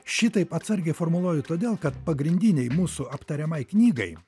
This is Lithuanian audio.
šitaip atsargiai formuluoju todėl kad pagrindinei mūsų aptariamai knygai